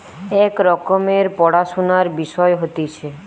এক রকমের পড়াশুনার বিষয় হতিছে